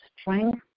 strength